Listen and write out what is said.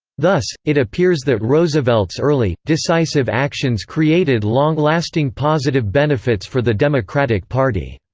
thus, it appears that roosevelt's early, decisive actions created long-lasting positive benefits for the democratic party.